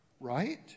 Right